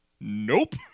Nope